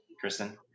Kristen